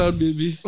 baby